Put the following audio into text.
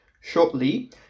shortly